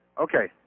okay